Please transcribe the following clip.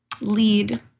lead